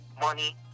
money